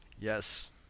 Yes